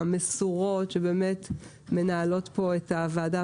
המסורות שמנהלות פה את הוועדה,